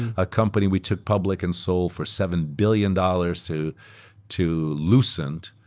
a company we took public and sold for seven billion dollars to to lucent.